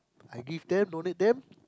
I give them donate them